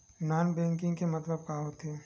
Non banking के मतलब का होथे?